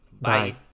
Bye